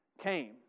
came